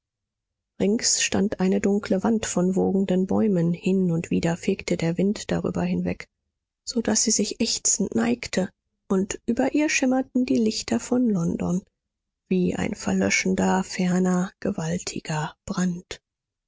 rings stand eine dunkle wand von wogenden bäumen hin und wieder fegte der wind darüber hinweg so daß sie sich ächzend neigte und über ihr schimmerten die lichter von london wie ein verlöschender ferner gewaltiger brand